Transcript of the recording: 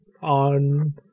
on